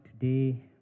today